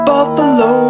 Buffalo